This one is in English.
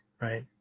right